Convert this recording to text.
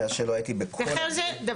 מצטער שלא הייתי בכל הדיון.